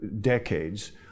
decades